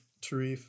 tarif